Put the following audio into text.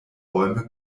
bäume